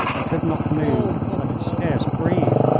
i could not move, i could scarce breathe,